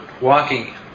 walking